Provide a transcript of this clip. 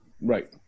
Right